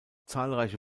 zahlreiche